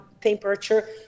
Temperature